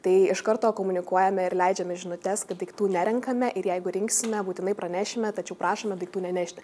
tai iš karto komunikuojame ir leidžiame žinutes kad daiktų nerenkame ir jeigu rinksime būtinai pranešime tačiau prašome daiktų nenešti